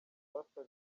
pastor